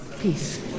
Peace